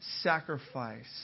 sacrifice